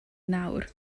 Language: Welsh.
nawr